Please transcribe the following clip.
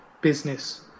business